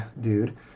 dude